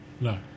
no